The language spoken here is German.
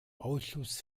ausschuss